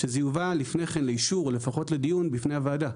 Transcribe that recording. שזה יובא לפני כן לאישור או לפחות לדיון בפני הוועדה,